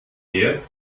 wert